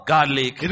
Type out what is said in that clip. Garlic